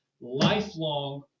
lifelong